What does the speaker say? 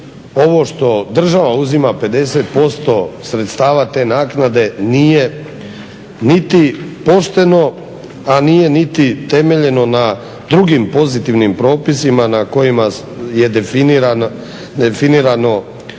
ovo što država uzima 50% sredstava te naknade nije niti pošteno, a nije temeljeno na drugim pozitivnim propisima na kojima je definirano i